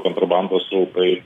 kontrabandos srautai